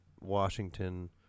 Washington